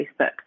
Facebook